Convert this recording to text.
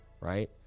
right